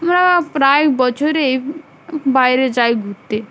আমরা প্রায় বছরেই বাইরে যাই ঘুুরতে